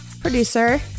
producer